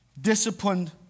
disciplined